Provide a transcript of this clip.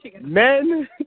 Men